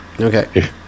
Okay